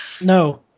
no